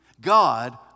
God